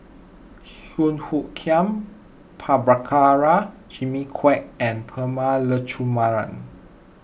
Song Hoot Kiam Prabhakara Jimmy Quek and Prema Letchumanan